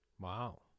Wow